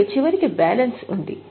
మరియు చివరికి బ్యాలెన్స్ ఉంది